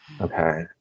Okay